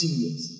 years